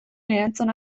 erantzuna